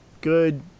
Good